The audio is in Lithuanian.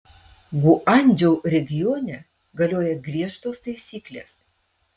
guangdžou regione galioja griežtos taisyklės